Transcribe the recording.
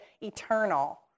eternal